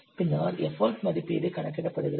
பின்னர் எஃபர்ட் மதிப்பீடு கணக்கிடப்படுகிறது